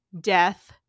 death